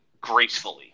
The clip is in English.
gracefully